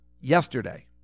yesterday